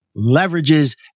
leverages